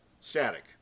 static